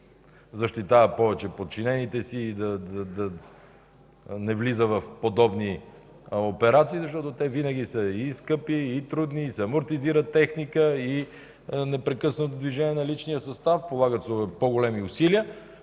защитава повече подчинените си и да не влиза в подобни операции, защото те винаги са и скъпи, и трудни, амортизира се техника и непрекъснато движение на личния състав – полагат се по-големи усилия,